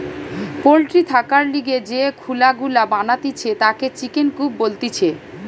poultry থাকার লিগে যে খুলা গুলা বানাতিছে তাকে চিকেন কূপ বলতিছে